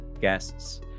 guests